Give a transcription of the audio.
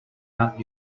out